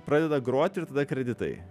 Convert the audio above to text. pradeda grot ir tada kreditai